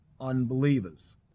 unbelievers